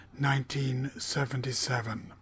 1977